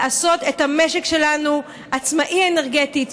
לעשות את המשק שלנו עצמאי אנרגטית,